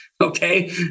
Okay